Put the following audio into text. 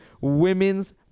women's